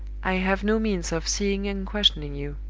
i have no means of seeing and questioning you.